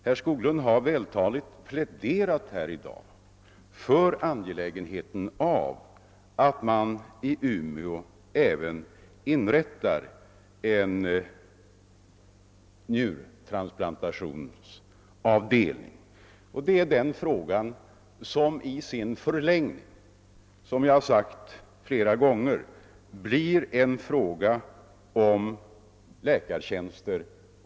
Herr Skoglund har i dag vältaligt pläderat för angelägenheten av att man i Umeå inrättar även en njurtransplantationsavdelning. Det är den frågan som i sin förlängning — vilket jag flera gånger har framhållit — blir en fråga om läkartjänster.